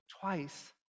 Twice